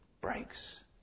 breaks